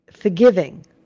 forgiving